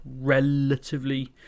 relatively